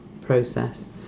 process